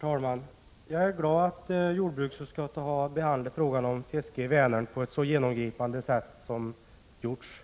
Herr talman! Jag är glad över att jordbruksutskottet har behandlat frågan om fisket i Vänern på ett så genomgripande sätt som gjorts.